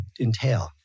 entail